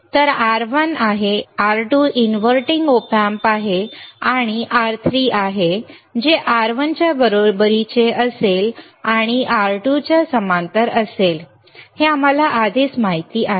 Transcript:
तर R1 आहे R2 inverting Op Amp आहे आणि मग R3 आहे जे R1 च्या बरोबरीचे असेल आणि R2 च्या समांतर असेल हे आम्हाला आधीच माहित आहे